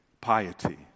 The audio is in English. piety